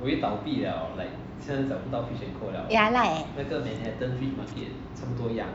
eh I like eh